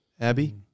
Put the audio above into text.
Abby